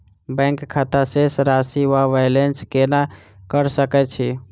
Bank खाता शेष राशि वा बैलेंस केना कऽ सकय छी?